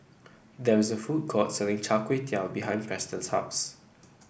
there is a food court selling Char Kway Teow behind Preston's house